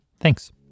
Thanks